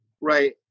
Right